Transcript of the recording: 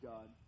God